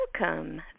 welcome